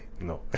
no